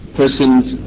person's